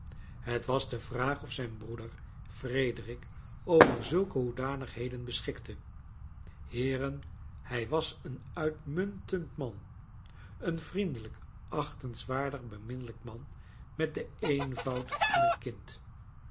het was de vraag of zijn broeder frederick over zulke hoedanigheden beschikte heeren hij was een uitmuntend man een vriendelijk achtenswaardig beminnelijk man met den eenvoud van een kind